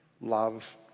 love